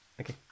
Okay